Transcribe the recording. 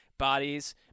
Bodies